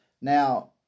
Now